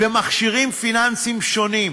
ומכשירים פיננסיים שונים.